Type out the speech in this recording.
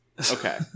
Okay